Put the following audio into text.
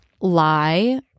lie